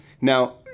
Now